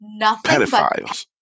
pedophiles